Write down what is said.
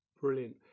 Brilliant